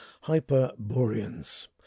Hyperboreans